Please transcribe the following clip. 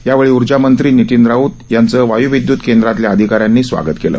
यावेळी ऊर्जामंत्री नितीन राऊत यांचं वायू विदयुत केंद्रातल्या अधिकाऱ्यांकडून स्वागत करण्यात आलं